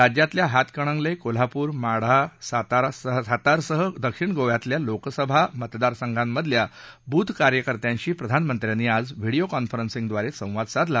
राज्यातल्या हातकणंगले कोल्हापूर माढा सातारसह दक्षिण गोव्यातल्या लोकसभा मतदारसंघांमधल्या बूथ कार्यकर्त्याशी प्रधानमंत्र्यांनी आज व्हिडीओ कॉन्फरन्सींगद्वारे संवाद साधला